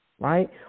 right